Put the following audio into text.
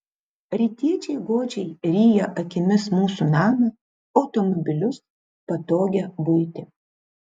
rytiečiai godžiai ryja akimis mūsų namą automobilius patogią buitį